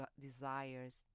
desires